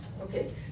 Okay